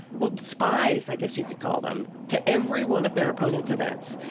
well, spies, i guess you could call them. to every one of their opponents' events.